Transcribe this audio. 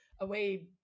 away